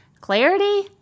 clarity